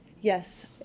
Yes